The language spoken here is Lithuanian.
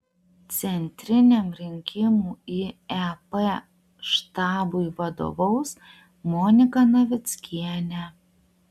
centriniam rinkimų į ep štabui vadovaus monika navickienė